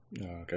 Okay